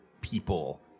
people